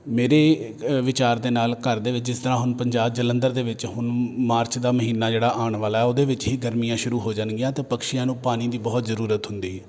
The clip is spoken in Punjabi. ਮੇਰੇ ਵਿਚਾਰ ਦੇ ਨਾਲ ਘਰ ਦੇ ਵਿੱਚ ਜਿਸ ਤਰ੍ਹਾਂ ਹੁਣ ਪੰਜਾਬ ਜਲੰਧਰ ਦੇ ਵਿੱਚ ਹੁਣ ਮਾਰਚ ਦਾ ਮਹੀਨਾ ਜਿਹੜਾ ਆਉਣ ਵਾਲਾ ਉਹਦੇ ਵਿੱਚ ਹੀ ਗਰਮੀਆਂ ਸ਼ੁਰੂ ਹੋ ਜਾਣਗੀਆਂ ਅਤੇ ਪਕਸ਼ੀਆਂ ਨੂੰ ਪਾਣੀ ਦੀ ਬਹੁਤ ਜ਼ਰੂਰਤ ਹੁੰਦੀ